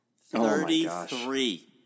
Thirty-three